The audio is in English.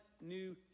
new